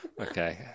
Okay